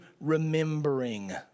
remembering